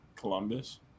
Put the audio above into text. Columbus